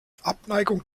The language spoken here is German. abneigung